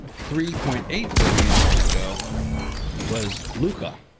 three point eight billion years ago was luca,